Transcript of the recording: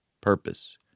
purpose